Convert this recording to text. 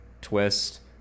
twist